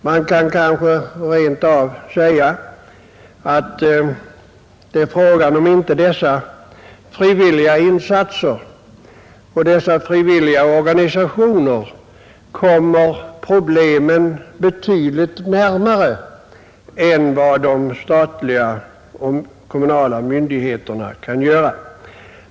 Ja, man kanske rent av kan säga att fråga är om inte dessa frivilliga organisationer kommer problemen betydligt närmare än vad de statliga och kommunala myndigheterna kan göra.